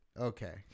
Okay